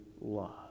love